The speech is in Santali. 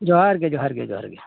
ᱡᱚᱦᱟᱨ ᱜᱮ ᱡᱚᱦᱟᱨ ᱜᱮ ᱡᱚᱦᱟᱨ ᱜᱮ